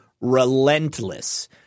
relentless